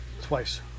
twice